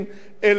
כן ירבו,